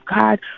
God